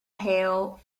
hail